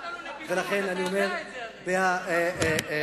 לא מאמין במה שאתה אומר.